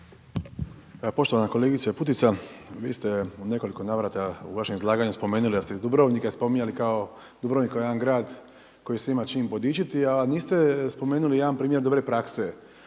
Poštovana kolegice Putica, vi ste u nekoliko navrata u vašem izlaganju spomenuli da ste iz Dubrovnika, spominjali Dubrovnik kao jedan grad koji se ima s čime podičiti a niste spomenuli jedan primjer dobre prakse,